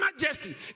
majesty